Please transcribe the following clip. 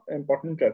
important